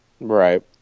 right